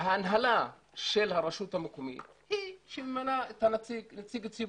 שההנהלה של הרשות המקומית היא זאת שממנה את נציג הציבור.